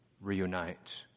reunite